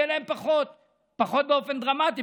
יהיה להן פחות באופן דרמטי,